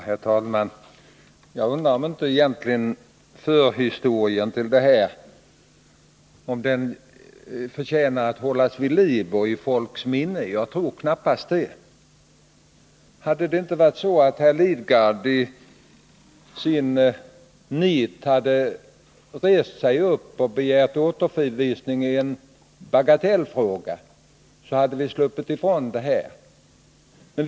Herr talman! Jag undrar om förhistorien till det här egentligen förtjänar att hållas vid liv i folks minne. Jag tror knappast det. Hade inte herr Lidgard i sitt nit rest sig upp och begärt återförvisning av ärendet i en bagatellfråga, hade vi sluppit ifrån denna diskussion.